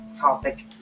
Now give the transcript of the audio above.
topic